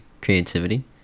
creativity